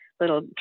little